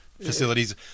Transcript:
facilities